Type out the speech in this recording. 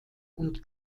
und